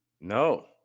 No